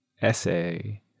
essay